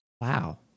Wow